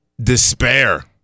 despair